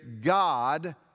God